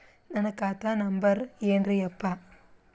ನನ್ನ ಖಾತಾ ನಂಬರ್ ಏನ್ರೀ ಯಪ್ಪಾ?